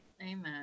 amen